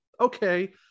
okay